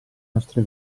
nostre